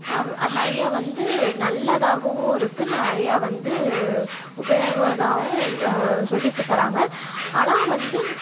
அவ் அது நிறையா வந்து நல்லதாகவும் இருக்கு நிறையா வந்து உபயோகதாவும் சொல்லிக்குத் தராங்க ஆனால் வந்து